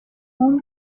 own